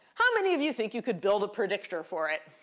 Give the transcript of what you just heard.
how many of you think you could build a predictor for it?